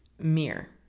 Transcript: mirror